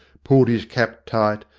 pulled his cap tight,